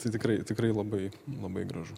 tai tikrai tikrai labai labai gražu